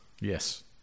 Yes